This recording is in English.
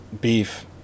Beef